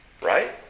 right